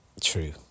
true